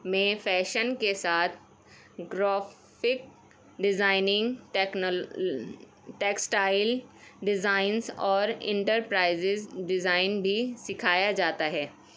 میں فیشن کے ساتھ گرافک ڈیزائگ ٹیکسٹائل ڈیزائنس اور انٹرپرائزز ڈیزائن بھی سکھایا جاتا ہے